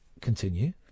Continue